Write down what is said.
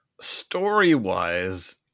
story-wise